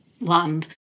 land